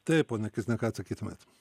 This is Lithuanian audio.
taip ponia kizne ką atsakytumėt